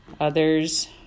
others